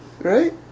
Right